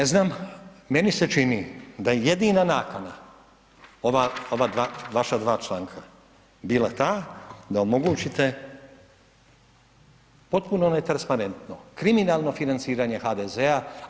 Ne znam, meni se čini da je jedina nakana ova vaša dva članka bila ta da omogućite potpuno netransparentno kriminalno financiranje HDZ-a.